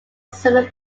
similar